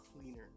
cleaner